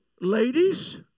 ladies